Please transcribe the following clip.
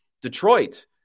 Detroit